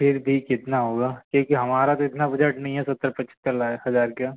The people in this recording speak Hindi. फिर भी कितना होगा क्योंकि हमारा तो इतना बजट नहीं है सत्तर पचहत्तर हज़ार का